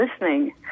listening